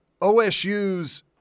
OSU's –